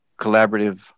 collaborative